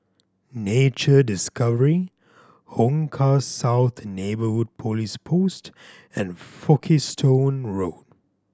Nature Discovery Hong Kah South Neighbourhood Police Post and Folkestone Road